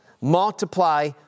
multiply